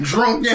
Drunk